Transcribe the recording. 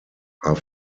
are